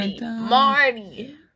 Marty